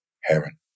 Heron